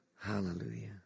Hallelujah